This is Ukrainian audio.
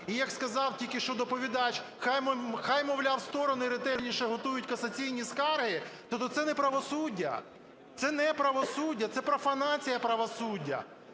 і, як сказав тільки що доповідач, хай, мовляв, сторони ретельніше готують касаційні скарги, тобто це не правосуддя, це не правосуддя - це профанація правосуддя.